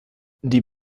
die